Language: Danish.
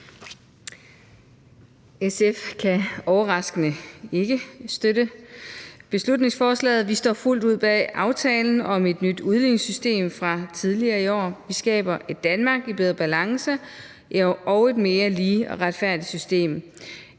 ikke overraskende – ikke støtte beslutningsforslaget. Vi står fuldt ud bag aftalen om et nyt udligningssystem fra tidligere i år. Vi skaber et Danmark i bedre balance og et mere lige og retfærdigt system.